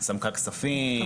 סמנכ"ל כספים.